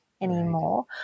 anymore